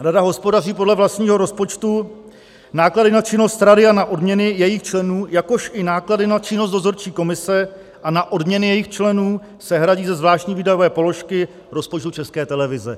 Rada hospodaří podle vlastního rozpočtu, náklady na činnost rady a na odměny jejích členů, jakož i náklady na činnost dozorčí komise a na odměny jejích členů se hradí ze zvláštní výdajové položky rozpočtu České televize.